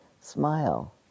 smile